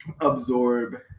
absorb